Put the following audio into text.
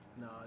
No